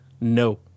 no